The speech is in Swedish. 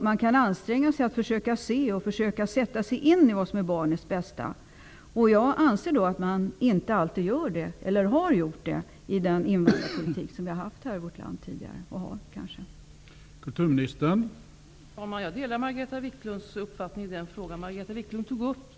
Man kan anstränga sig för att försöka se och sätta sig in i vad som är barnets bästa. Jag anser att man inte alltid har gjort det i den invandrarpolitik som tidigare har förts i vårt land, och som kanske fortfarande förs.